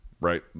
Right